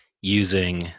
using